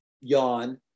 Yawn